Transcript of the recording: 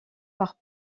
par